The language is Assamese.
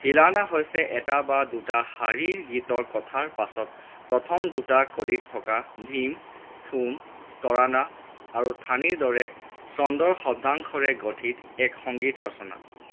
থিলানা হৈছে এটা বা দুটা শাৰীৰ গীতৰ কথাৰ পাছত প্ৰথম দুটা কলিত থকা ধীম থোম তৰানা আৰু থানিৰ দৰে ছন্দৰ শব্দাংশৰে গঠিত এক সংগীত ৰচনা